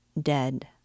dead